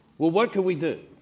what what can we do?